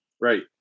Right